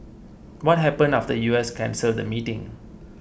what happened after the U S cancelled the meeting